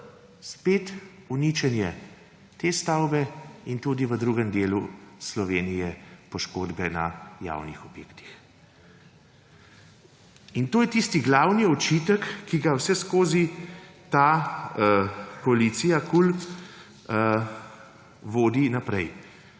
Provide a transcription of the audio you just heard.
Uničenje te stavbe in tudi v drugem delu Slovenije poškodbe na javnih objektih. In to je tisti glavni očitek, ki ga vseskozi ta koalicija KUL vodi naprej.